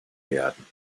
werden